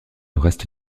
reste